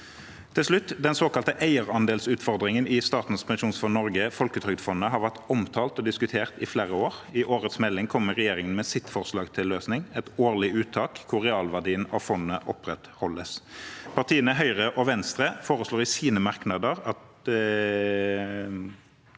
Til slutt: Den såkalte eierandelsutfordringen i Statens pensjonsfond Norge, Folketrygdfondet, har vært omtalt og diskutert i flere år. I årets melding kommer regjeringen med sitt forslag til løsning: et årlig uttak hvor realverdien av fondet opprettholdes. Partiene Høyre og Venstre foreslår i sine merknader at